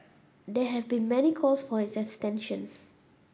there have been many calls for its extension